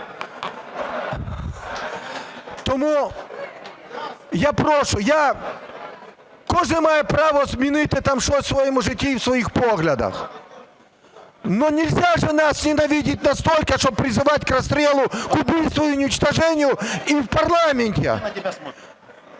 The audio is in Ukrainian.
Тому я прошу, кожен має право змінити там щось у своєму житті і у своїх поглядах. Но нельзя нас ненавидеть настолько, чтобы призывать к расстрелу, к убийству и к уничтожению и в парламенте.